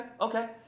okay